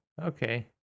okay